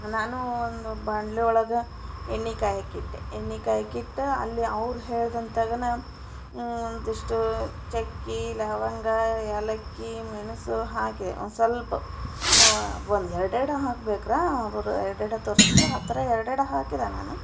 ನಾನು ಒಂದು ಬಾಣಲಿ ಒಳಗೆ ಎಣ್ಣೆ ಕಾಯೋಕ್ಕಿಟ್ಟೆ ಎಣ್ಣೆ ಕಾಯಾಕ್ಕಿಟ್ಟು ಅಲ್ಲಿ ಅವ್ರು ಹೇಳ್ದಂಗನ ಒಂದಿಷ್ಟು ಚಕ್ಕೆ ಲವಂಗ ಏಲಕ್ಕಿ ಮೆಣಸು ಹಾಕಿದೆ ಒಂದ್ಸೊಲ್ಪ ಒಂದು ಎರಡು ಎರಡೆ ಹಾಕಬೇಕ್ರಾ ಅವರು ಎರಡೆರಡೆ ತೋರ್ಸಿದ್ರು ಆ ಥರ ಎರಡೆರಡೆ ಹಾಕಿದೆ ನಾನು